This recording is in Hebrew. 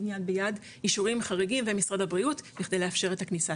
'יד ביד' אישורים חריגים ומשרד הבריאות בכדי לאשר את הכניסה